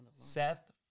Seth